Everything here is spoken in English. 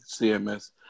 CMS